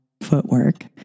footwork